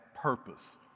Purpose